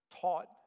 taught